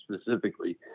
specifically